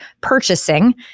purchasing